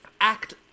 Act